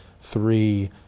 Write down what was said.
three